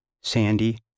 Sandy